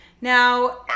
Now